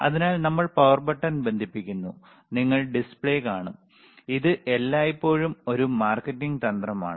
അതിനാൽ നമ്മൾ power button ബന്ധിപ്പിക്കുന്നു നിങ്ങൾ ഡിസ്പ്ലേ കാണും ഇത് എല്ലായ്പ്പോഴും ഒരു മാർക്കറ്റിംഗ് തന്ത്രമാണ്